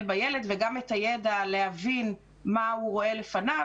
בילד וגם את הידע להבין מה הוא רואה לפניו,